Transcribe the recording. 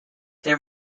their